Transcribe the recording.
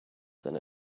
than